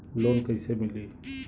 Loan कईसे मिली?